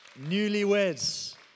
newlyweds